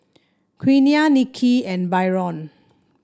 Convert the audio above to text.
Quiana Nikki and Byron